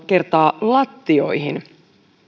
kertaa lattioihin